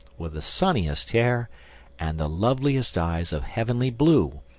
with the sunniest hair and the loveliest eyes of heavenly blue,